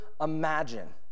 imagine